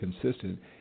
consistent